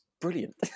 brilliant